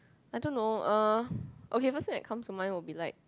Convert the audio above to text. I don't know uh okay first thing that comes to mind will be like